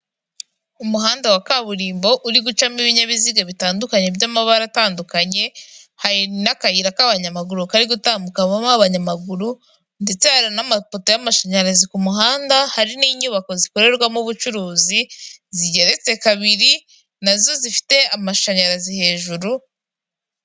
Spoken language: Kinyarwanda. Umuhanda wa kaburimbo uri gucamo ibinyabiziga bitandukanye by'amabara atandukanye, hari n'akayira k'abanyamaguru kari gutambukabamo abanyamaguru ndetse n'amapoto y'amashanyarazi ku muhanda, hari n'inyubako zikorerwamo ubucuruzi zigeretse kabiri na zo zifite amashanyarazi hejuru.